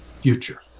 future